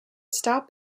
stop